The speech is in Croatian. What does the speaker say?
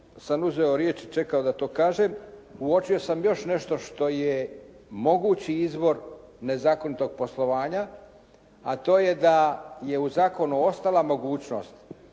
sam uzeo riječ i čekao da to kažem, uočio sam još nešto što je mogući izvor nezakonitog poslovanja, a to je da je u zakonu ostala mogućnost